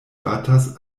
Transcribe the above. batas